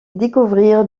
découvrir